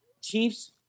Chiefs